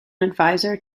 advisor